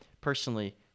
personally